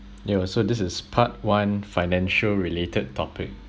yeah so this is part one financial related topic